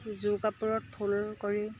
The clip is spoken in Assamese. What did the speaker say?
যোৰ কাপোৰত ফুল কৰি